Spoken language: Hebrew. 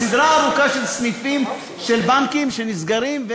יש סדרה ארוכה של סניפים של בנקים שנסגרים,